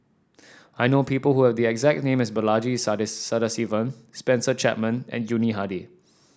I know people who have the exact name as Balaji Sadasivan Spencer Chapman and Yuni Hadi